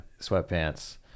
Sweatpants